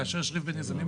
כאשר יש ריב בין יזמים,